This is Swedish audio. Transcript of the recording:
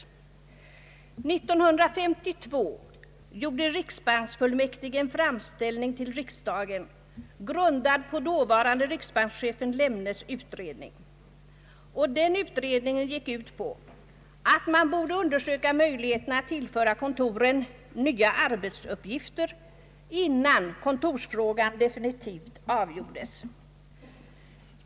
År 1952 gjorde riksbanksfullmäktige en framställning till riksdagen, grundad på dåvarande riksbankschefen Lemnes utredning. Denna utredning gick ut på att man borde undersöka möjligheterna att tillföra kontoren nya arbetsuppgifter innan kontorsfrågan definitivt avgjordes.